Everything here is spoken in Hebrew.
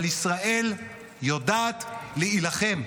אבל ישראל יודעת להילחם.